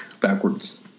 backwards